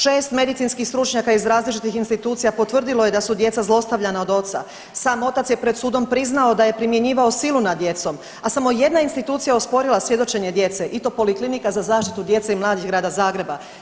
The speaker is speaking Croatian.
Šest medicinskih stručnjaka iz različitih institucija potvrdilo je da su djeca zlostavljana od oca, sam otac je pred sudom priznao da je primjenjivao silu nad djecom, a samo jedna institucija osporila svjedočenje djece i to Poliklinika za zaštitu djece i mladih grada Zagreba.